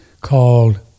called